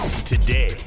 today